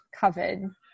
covered